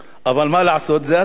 אבל מה לעשות, זה אתה.